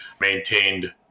maintained